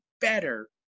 better